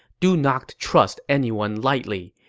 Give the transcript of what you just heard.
do not trust anyone lightly.